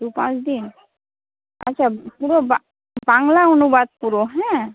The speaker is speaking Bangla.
দু পাঁচ দিন আচ্ছা পুরো বা বাংলা অনুবাদ পুরো হ্যাঁ